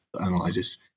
analyzes